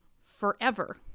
forever